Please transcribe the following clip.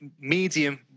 medium